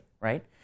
Right